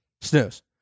snooze